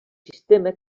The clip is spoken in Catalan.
sistema